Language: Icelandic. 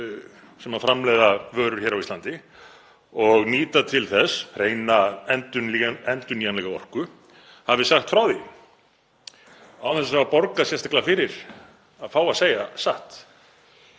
sem framleiða vörur á Íslandi og nýta til þess hreina, endurnýjanlega orku hafi sagt frá því án þess að borga sérstaklega fyrir að fá að segja satt.